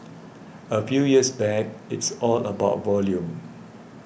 a few years back it's all about volume